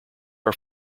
are